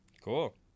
Cool